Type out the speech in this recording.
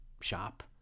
shop